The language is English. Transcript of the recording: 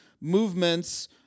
movements